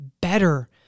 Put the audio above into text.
better